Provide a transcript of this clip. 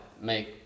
make